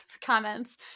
comments